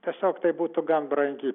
tiesiog tai būtų gan brangi